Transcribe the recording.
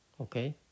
Okay